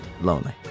Lonely